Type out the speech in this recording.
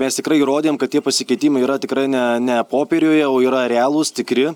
mes tikrai įrodėm kad tie pasikeitimai yra tikrai ne ne popieriuje o yra realūs tikri